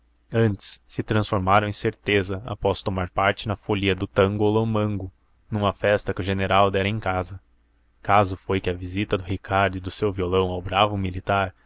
antes se transformaram em certeza após tomar parte na folia do tangolomango numa festa que o general dera em casa caso foi que a visita do ricardo e do seu violão ao bravo militar